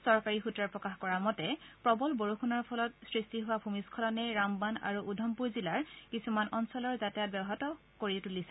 চৰকাৰী সূত্ৰই প্ৰকাশ কৰা মতে প্ৰবল বৰষূণৰ ফলত সৃষ্টি হোৱা ভূমিশ্বলনে ৰামবান আৰু উধমপুৰ জিলাৰ কিছুমান অঞ্চলৰ যাতায়াত ব্যাহত কৰিছে